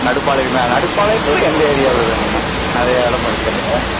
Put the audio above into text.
நடுப்பாளையங்களா நடுப்பாளையத்தில் எந்த ஏரியாவில் வேணுங்க நிறையா இடம் இருக்குது அதில்